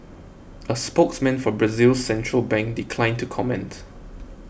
a spokesman for Brazil's central bank declined to comment